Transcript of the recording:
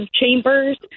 chambers